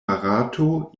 barato